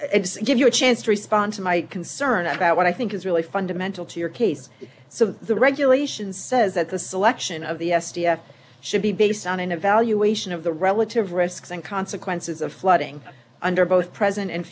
it just gives you a chance to respond to my concern about what i think is really fundamental to your case the regulation says that the selection of the s t s should be based on an evaluation of the relative risks and consequences of flooding under both present and